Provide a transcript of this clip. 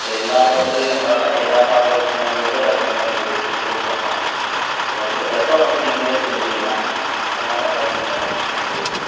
so எல்லாம் ஹோட்டலையும் பார்த்தா எல்லாம் சாப்பாடு பின்னாடி வந்து ரசந்தான் குடி குடிப்பாங்க ஸோ வந்து ரசம் வந்து ஈஸியாக செஞ்சில்லாம் அதனால் ரசோந்தான் எனக்கு பிடிச்ச இது